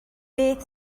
beth